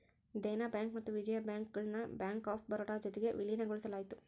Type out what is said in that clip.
Dena bank ಮತ್ತೆ Vijaya bank ಗುಳ್ನ bank of Baroda ಜೊತಿಗೆ ವಿಲೀನಗೊಳಿಸಲಾಯಿತು